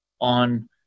on